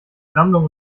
sammlung